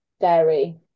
dairy